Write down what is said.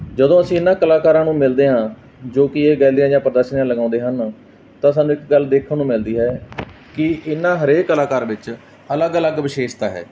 ਜਦੋਂ ਅਸੀਂ ਇਹਨਾਂ ਕਲਾਕਾਰਾਂ ਨੂੰ ਮਿਲਦੇ ਹਾਂ ਜੋ ਕਿ ਇਹ ਗੈਲਰੀਆਂ ਜਾਂ ਪ੍ਰਦਰਸ਼ਨੀਆਂ ਲਗਾਉਂਦੇ ਹਨ ਤਾਂ ਸਾਨੂੰ ਇੱਕ ਗੱਲ ਦੇਖਣ ਨੂੰ ਮਿਲਦੀ ਹੈ ਕਿ ਇਹਨਾਂ ਹਰੇਕ ਕਲਾਕਾਰ ਵਿੱਚ ਅਲੱਗ ਅਲੱਗ ਵਿਸ਼ੇਸ਼ਤਾ ਹੈ